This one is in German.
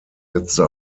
setzte